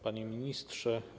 Panie Ministrze!